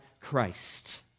Christ